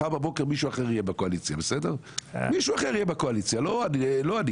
מחר בבוקר מישהו אחר יהיה בקואליציה, לא אני.